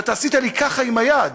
ועשית לי ככה עם היד.